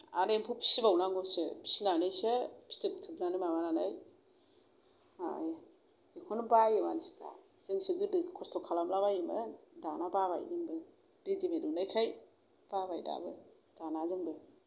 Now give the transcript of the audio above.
आरो एम्फौ फिसिबावनांगौसो फिसिनानैसो फिथोब थोबनानै माबानानै ओ बेखौनो बायो मानसिफ्रा जोंसो गोदो खस्त' खालामलाबायोमोन दाना बाबाय रेदिमेद मोननायखाय बाबाय दा दाना जोंबो